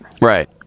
Right